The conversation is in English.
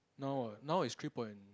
now ah now is three point